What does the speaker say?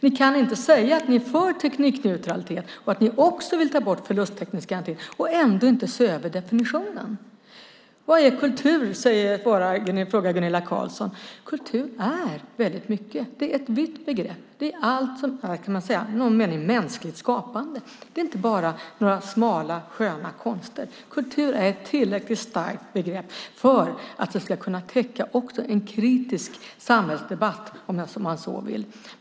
Ni kan inte säga att ni är för teknikneutralitet och att ni också vill ta bort förlusttäckningsgarantin men ändå inte se över definitionen. Gunilla Carlsson frågar: Vad är kultur? Kultur är väldigt mycket. Det är ett vitt begrepp. Man kan säga att det är allt som i någon mening är mänskligt skapande. Det är inte bara några smala sköna konster. Kultur är ett tillräckligt starkt begrepp för att det också ska kunna täcka en kritisk samhällsdebatt, om man så vill.